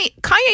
Kanye